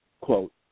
quote